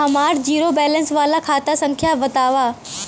हमार zero balance वाला खाता संख्या वतावा?